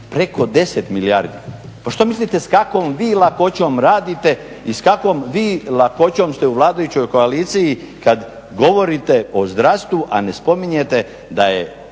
Preko 10 milijardi. Pa što mislite s kakvom vi lakoćom radite i s kakvom vi lakoćom ste u vladajućoj koaliciji kad govorite o zdravstvu a ne spominjete da je